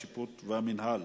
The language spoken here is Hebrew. השיפוט והמינהל)